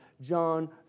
John